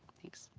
thanks.